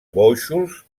bóixols